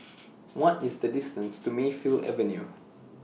What IS The distance to Mayfield Avenue